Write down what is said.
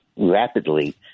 rapidly